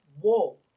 whoa